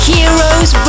Heroes